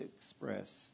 express